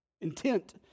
Intent